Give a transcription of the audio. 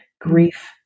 grief